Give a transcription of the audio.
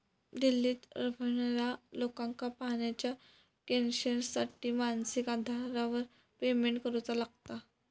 दिल्लीत रव्हणार्या लोकांका पाण्याच्या कनेक्शनसाठी मासिक आधारावर पेमेंट करुचा लागता